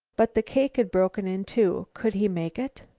but the cake had broken in two. could he make it?